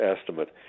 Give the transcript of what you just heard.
estimate